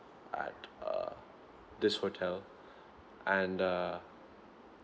at uh this hotel and uh